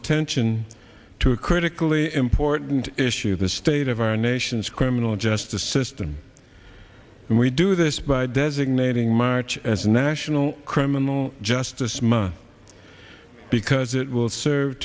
attention to a critically important issue the state of our nation's criminal justice system and we do this by designating march as a national criminal justice month because it will serve